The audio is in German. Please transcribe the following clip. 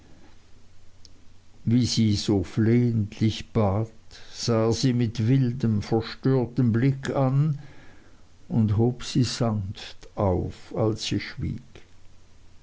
wie sie so flehentlich bat sah er sie mit wildem verstörtem blick an und hob sie sanft auf als sie schwieg